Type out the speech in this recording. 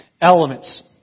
elements